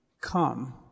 come